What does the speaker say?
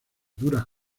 duras